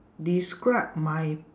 describe my